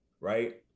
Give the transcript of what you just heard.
right